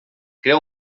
crea